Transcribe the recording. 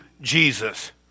Jesus